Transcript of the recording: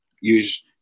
use